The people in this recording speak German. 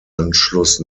anschluss